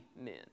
men